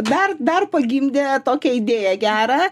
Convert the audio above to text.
dar dar pagimdė tokią idėją gerą